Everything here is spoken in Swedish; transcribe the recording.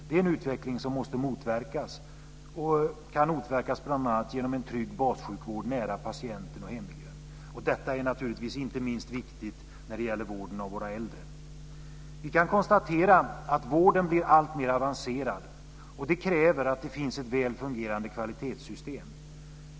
Det är en utveckling som måste motverkas bl.a. genom en trygg bassjukvård nära patienten och hemmiljön. Detta är naturligtvis inte minst viktigt när det gäller vården av våra äldre. Vi kan konstatera att vården blir alltmer avancerad. Det kräver att det finns ett väl fungerande kvalitetssystem.